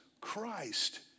Christ